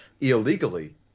illegally